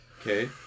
okay